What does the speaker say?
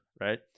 right